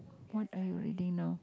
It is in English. what are you reading now